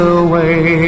away